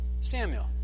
Samuel